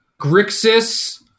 Grixis